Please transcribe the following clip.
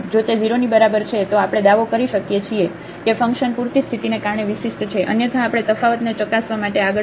જો તે 0 ની બરાબર છે તો આપણે દાવો કરી શકીએ છીએ કે ફંકશન પૂરતી સ્થિતિને કારણે વિશિષ્ટ છે અન્યથા આપણે તફાવતને ચકાસવા માટે આગળ વધવું પડશે